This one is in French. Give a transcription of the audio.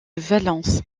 valence